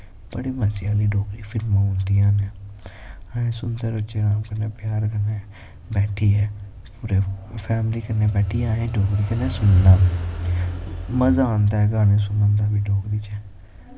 बड़ा मज़े आह्ली डोगरी फिल्मां औंदियां नै अस सुनदे रौह्चै राम कन्नै प्यार कन्नै बैठियै पूरै फैमली कन्नै बैठिया असैं डोगरी कन्नै सुनना मज़ा आंदा गाने सुनन दा डोगरी च